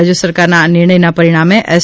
રાજ્ય સરકારના આ નિર્ણયના પરિણામે એસ